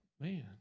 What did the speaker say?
Man